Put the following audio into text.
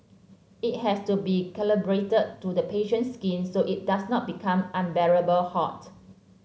it has to be calibrated to the patient's skin so it does not become unbearably hot